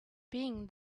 being